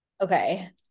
Okay